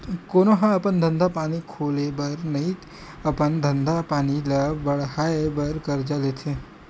कोनो ह अपन धंधा पानी खोले बर नइते अपन धंधा पानी ल बड़हाय बर करजा लेथे